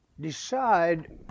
decide